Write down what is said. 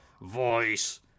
voice